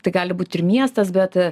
tai gali būti ir miestas bet